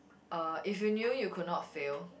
uh if you knew you could not fail